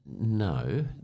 no